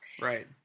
Right